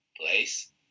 place